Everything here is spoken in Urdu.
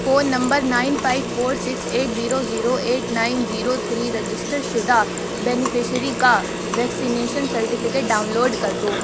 phone number nine five four six eight zero zero eight nine zero three register شدہ بینیفشیری کا ویکسینیشن سرٹیفکیٹ ڈاؤن لوڈ کردو